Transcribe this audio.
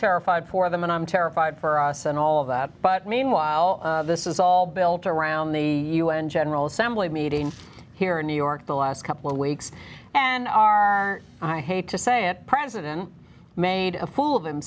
terrified for them and i'm terrified for us and all of that but meanwhile this is all built around the u n general assembly meeting here in new york the last couple of weeks and i hate to say it president made a fool